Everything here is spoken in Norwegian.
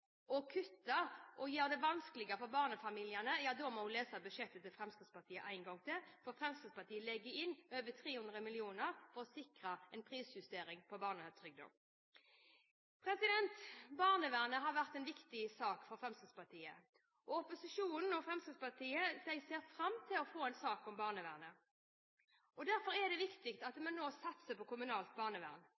å kutte og gjøre det vanskeligere for barnefamiliene, må representanten lese budsjettene til Fremskrittspartiet en gang til, for Fremskrittspartiet legger inn over 300 mill. kr for å sikre en prisjustering av barnetrygden. Barnevernet har vært en viktig sak for Fremskrittspartiet. Opposisjonen og Fremskrittspartiet ser fram til å få en sak om barnevernet. Derfor er det viktig at vi nå satser på kommunalt barnevern.